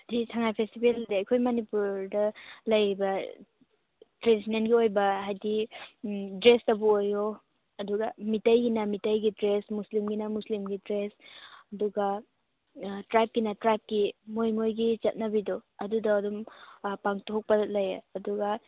ꯁꯤ ꯁꯉꯥꯏ ꯐꯦꯁꯇꯤꯕꯦꯜꯁꯦ ꯑꯩꯈꯣꯏ ꯃꯅꯤꯄꯨꯔꯗ ꯂꯩꯕ ꯇ꯭ꯔꯦꯗꯤꯁꯟꯅꯦꯜꯒꯤ ꯑꯣꯏꯕ ꯍꯥꯏꯗꯤ ꯎꯝ ꯗ꯭ꯔꯦꯁꯇꯕꯨ ꯑꯣꯏꯔꯣ ꯑꯗꯨꯒ ꯃꯤꯇꯩꯒꯤꯅ ꯃꯤꯇꯩꯒꯤ ꯗ꯭ꯔꯦꯁ ꯃꯨꯁꯂꯤꯝꯒꯤꯅ ꯃꯨꯁꯂꯤꯝꯒꯤ ꯗ꯭ꯔꯦꯁ ꯑꯗꯨꯒ ꯇ꯭ꯔꯥꯏꯕꯀꯤꯅ ꯇ꯭ꯔꯥꯏꯕꯀꯤ ꯃꯣꯏ ꯃꯣꯏꯒꯤ ꯆꯠꯅꯕꯤꯗꯣ ꯑꯗꯨꯗꯣ ꯑꯗꯨꯝ ꯄꯥꯡꯊꯣꯛꯄ ꯂꯩ ꯑꯗꯨꯒ